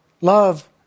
Love